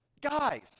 Guys